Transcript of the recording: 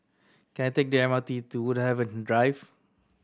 can I take the M R T to Woodhaven Drive